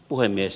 puhemies